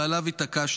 ועליו התעקשתי: